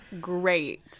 great